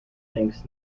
thinks